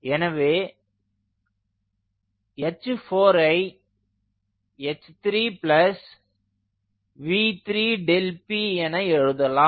எனவே h4 ஐ h3v3 Δp என எழுதலாம்